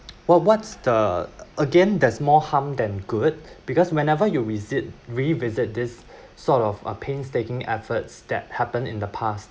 what what's the again does more harm than good because whenever you visit revisit this sort of a painstaking efforts that happened in the past